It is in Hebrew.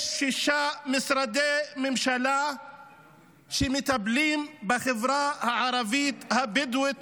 יש שישה משרדי ממשלה שמטפלים בחברה הערבית הבדואית